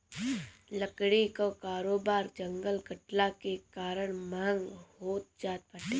लकड़ी कअ कारोबार जंगल कटला के कारण महँग होत जात बाटे